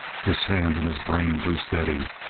his hand and his brain grew steady,